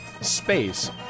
space